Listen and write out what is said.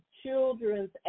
children's